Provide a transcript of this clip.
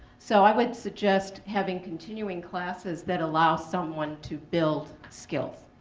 so i would suggest having continuing classes that allow someone to build skills.